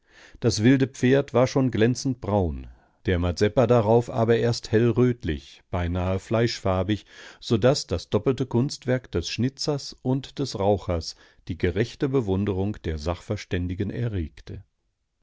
das wilde pferd war schon glänzend braun der mazeppa darauf aber erst hell rötlich beinahe fleischfarbig so daß das doppelte kunstwerk des schnitzers und des rauchers die rechte bewunderung der sachverständigen erregte